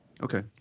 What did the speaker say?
Okay